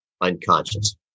unconscious